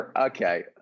Okay